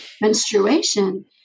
menstruation